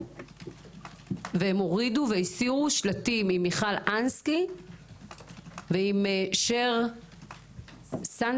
והם הורידו והסירו שלטים עם מיכל אנסקי ועם שר סנדה,